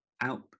out